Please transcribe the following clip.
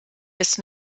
ist